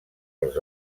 els